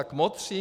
Kmotři?